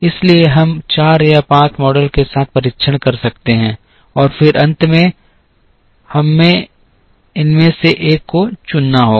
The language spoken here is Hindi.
इसलिए हम 4 या 5 मॉडल के साथ परीक्षण कर सकते हैं और फिर अंत में हमें एक को चुनना होगा